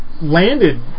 landed